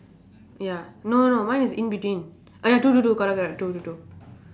ya no no no mine is between oh ya two two two correct correct two two two